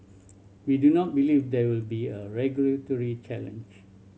we do not believe there will be a regulatory challenge